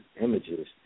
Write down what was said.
images